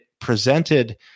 presented